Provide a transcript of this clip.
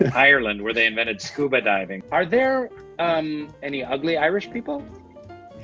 and ireland, where they invented scuba diving. are there any ugly irish people?